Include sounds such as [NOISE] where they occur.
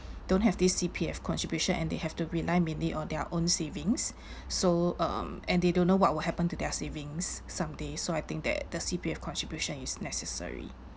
don't have this C_P_F contribution and they have to rely mainly on their own savings [BREATH] so um and they don't know what will happen to their savings someday so I think that the C_P_F contribution is necessary